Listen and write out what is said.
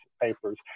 Papers